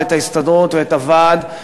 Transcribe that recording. את ההסתדרות ואת הוועד,